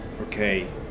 Okay